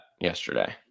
yesterday